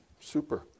Super